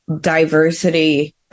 diversity